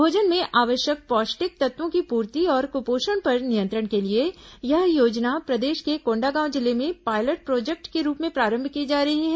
भोजन में आवश्यक पौष्टिक तत्वों की पूर्ति और कुपोषण पर नियंत्रण के लिए यह योजना प्रदेश के कोंडागांव जिले में पायलट प्रोजेक्ट के रूप में प्रारंभ की जा रही है